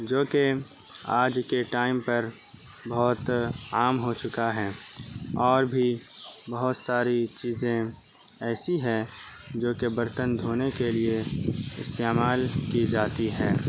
جو کہ آج کے ٹائم پر بہت عام ہو چکا ہے اور بھی بہت ساری چیزیں ایسی ہیں جو کہ برتن دھونے کے لیے استعمال کی جاتی ہے